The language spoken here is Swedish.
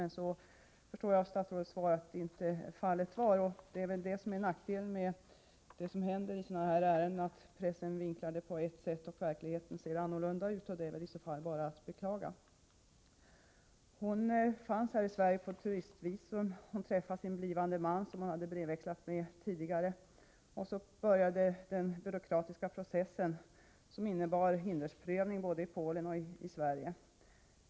Men jag förstår av statsrådets svar att så inte var fallet. — Nackdelen med det som händer i sådana här ärenden är att pressen vinklar det hela på ett sätt, medan verkligheten ofta ser annorlunda ut. Det är bara att beklaga. Kvinnan fanns här i Sverige på turistvisum. Hon träffade sin blivande man, som hon hade brevväxlat med tidigare. Därefter började den byråkratiska processen, som innebar hindersprövning både i Polen och i Sverige.